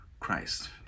christ